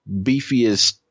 beefiest